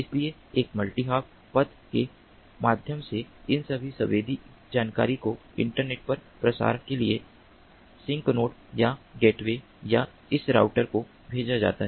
इसलिए एक multi hop पथ के माध्यम से इन सभी संवेदी जानकारी को इंटरनेट पर प्रसार के लिए सिंक नोड या गेटवे या इस राउटर को भेजा जाता है